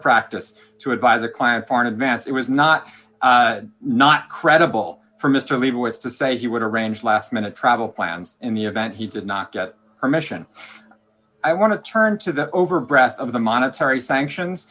practice to advise a client far in advance it was not not credible for mr levy was to say he would arrange last minute travel plans in the event he did not get permission i want to turn to the over breath of the monetary sanctions